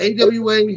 AWA